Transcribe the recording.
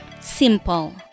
Simple